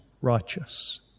righteous